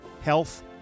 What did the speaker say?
health